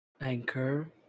Anchor